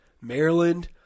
Maryland